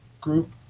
group